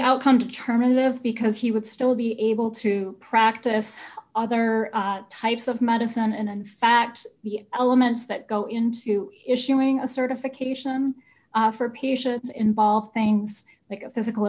outcome determinative because he would still be able to practice other types of medicine and in fact the elements that go into issuing a certification for patients involve things like a physical